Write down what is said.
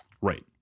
Right